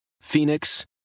Phoenix